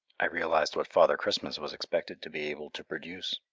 i realized what father christmas was expected to be able to produce.